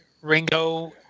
Ringo